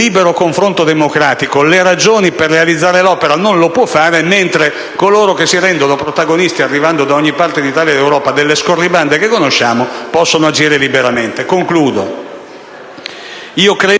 libero confronto democratico le ragioni per realizzare l'opera non lo può fare, mentre coloro che si rendono protagonisti, arrivando da ogni parte d'Italia e d'Europa, delle scorribande che conosciamo possono agire liberamente. Credo